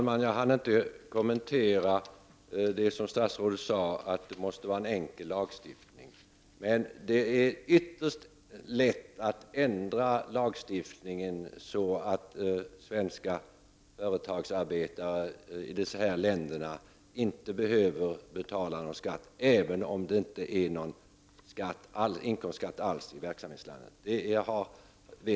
Regeringen har vid sammanträde den 18 januari 1990 tillsatt en särskild utredare med uppgift att göra en teknisk översyn av mervärdeskatten . Översynen skall enligt direktiven innebära att lagstiftningen i systematiskt hänseende harmoniseras med en ordning som gäller inom EG. Jag har i reservation i slutbetänkandet från kommittén för indirekta skatter förordat en mer långtgående harmonisering med EG:s momsregler, inte minst med tanke på vikten av att ha en lägre beskattning av nödvändighetsvaror via differentierade skattesatser. Jag hälsar därför tillsättandet av en särskild utredare med tillfredsställelse.